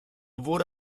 wurde